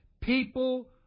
People